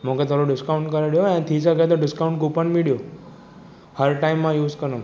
मूंखे थोरो डिस्काउंट करे ॾियो ऐं थी सघे त डिस्काउंट कूपन बि ॾियो हर टाइम मां यूस कंदुमि